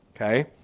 Okay